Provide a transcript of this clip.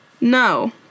No